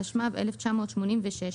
התשמ"ו-1986,